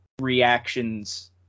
reactions